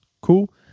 cool